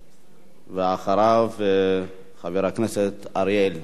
ואחריו, חבר הכנסת אריה אלדד.